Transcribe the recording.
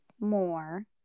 more